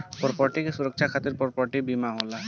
property के सुरक्षा खातिर प्रॉपर्टी के बीमा होला